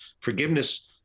Forgiveness